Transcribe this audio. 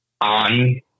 on